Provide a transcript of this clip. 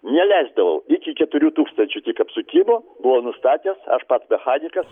neleisdavau iki keturių tūkstančių tik apsukimų buvau nustatęs aš pats mechanikas